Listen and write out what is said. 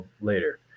later